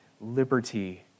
liberty